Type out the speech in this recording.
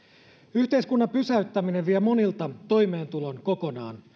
yhteiskunnan pysäyttäminen vie monilta toimeentulon kokonaan